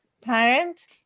parent